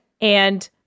And-